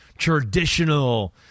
traditional